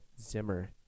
Zimmer